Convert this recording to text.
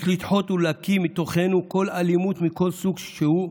יש לדחות ולהקיא מתוכנו כל אלימות מכל סוג שהוא,